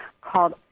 called